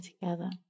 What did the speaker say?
together